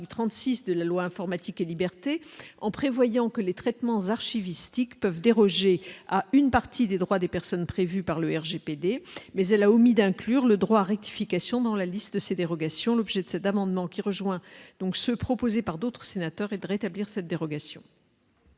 36 de la loi Informatique et libertés en prévoyant que les traitements archiviste peuvent déroger à une partie des droits des personnes prévues par le RGPD, mais elle a omis d'inclure le droit rectification dans la liste, ces dérogations l'objet de cet amendement, qui rejoint donc ceux proposés par d'autres sénateurs et de rétablir cette dérogation.